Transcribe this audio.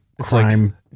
crime